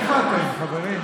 איפה אתם, חברים?